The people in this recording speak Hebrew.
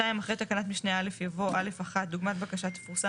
אחרי תקנת משנה (א) יבוא: "(א1) דוגמת בקשה תפורסם